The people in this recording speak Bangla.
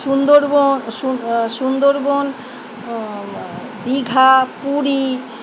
সুন্দরবন সুন্দরবন দীঘা পুরী